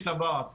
כלומר,